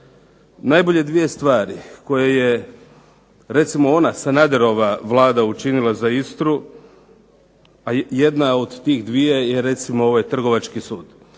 Najbolje dvije stvari recimo ona Sanaderova vlada učinila za Istru, a jedna od tih dvije je recimo ovaj trgovačkom sudu.